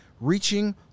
Reaching